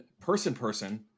person-person